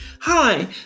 Hi